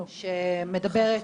שמדברת,